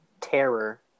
terror